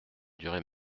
durée